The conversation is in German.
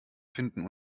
finden